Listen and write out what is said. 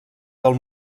del